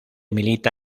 milita